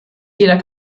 jeder